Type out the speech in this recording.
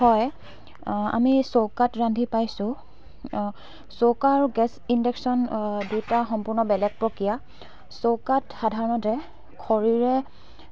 হয় আমি চৌকাত ৰান্ধি পাইছোঁ চৌকা আৰু গেছ ইনডাকচন দুটা সম্পূৰ্ণ বেলেগ প্ৰক্ৰিয়া চৌকাত সাধাৰণতে খৰিৰে